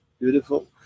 beautiful